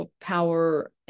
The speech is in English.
power